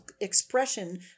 expression